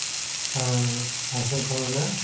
दा लंफेनखौनो